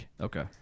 Okay